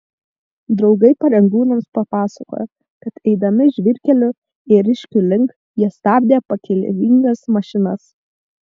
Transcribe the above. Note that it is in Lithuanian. draugai pareigūnams papasakojo kad eidami žvyrkeliu ėriškių link jie stabdė pakeleivingas mašinas